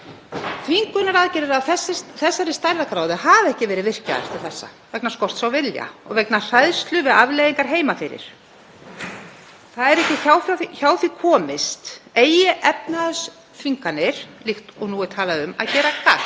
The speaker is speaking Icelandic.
Þvingunaraðgerðir af þessari stærðargráðu hafa ekki verið virkjaðar til þessa vegna skorts á vilja og vegna hræðslu við afleiðingar heima fyrir. Það er ekki hjá því komist, eigi efnahagsþvinganir líkt og nú er talað um að gera gagn,